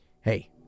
hey